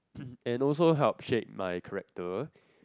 and also helped shape my character